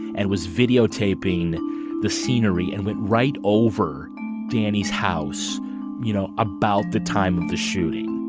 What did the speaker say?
and was videotaping the scenery and went right over danny's house you know about the time of the shooting.